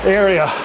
area